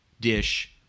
dish